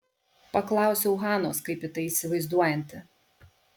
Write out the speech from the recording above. paklausiau hanos kaip ji tai įsivaizduojanti